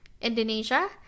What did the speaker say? Indonesia